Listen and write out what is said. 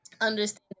understand